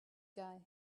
guy